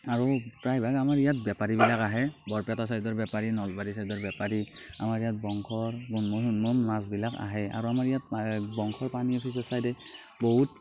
আৰু প্ৰায়ভাগ আমাৰ ইয়াত বেপাৰীবিলাক আহে বৰপেটা ছাইদৰ বেপাৰী নলবাৰী ছাইদৰ বেপাৰী মাছবিলাক আহে আৰু আমাৰ ইয়াত ছাইদে বহুত